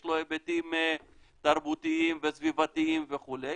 יש לו היבטים תרבותיים וסביבתיים וכו',